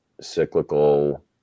cyclical